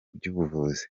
by’ubuvuzi